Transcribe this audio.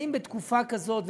האם בתקופה כזאת,